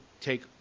take